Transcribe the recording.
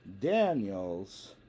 Daniels